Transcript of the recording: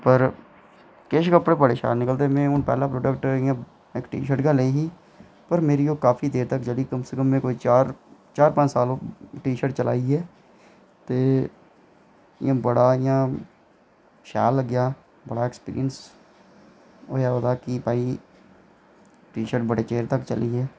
पर किश कपड़े बड़े शैल निकलदे में इक इ'यां टी शर्ट गै लेई ही पर मेरी ओह् बड़े चिर चली कोई चार पंज साल ओह् टी शर्ट चलाइयै ते बड़ा इ'यां शैल लग्गेआ बड़ा एक्सपीरियंस होआ ओह्दा कि भई टी शर्ट बड़े चिर तक्कर चली ऐ